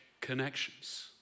connections